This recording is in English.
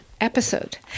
episode